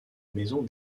maison